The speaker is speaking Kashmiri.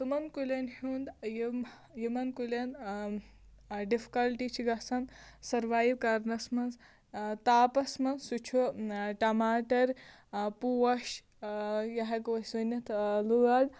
تِمَن کُلٮ۪ن ہُنٛد یِم یِمَن کُلٮ۪ن ڈِفکَلٹی چھِ گژھان سٔروایِو کَرنَس منٛز تاپس منٛز آ سُہ چھُ ٹماٹر پوش یا ہٮ۪کَو أسۍ ؤنِتھ لٲر